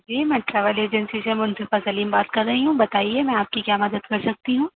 جی میں travel agency سے منصفہ سلیم بات کر ہی ہوں بتائیے میں آپ کی کیا مدد کر سکتی ہوں